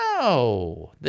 No